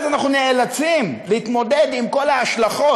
אז אנחנו נאלצים להתמודד עם כל ההשלכות.